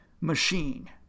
machine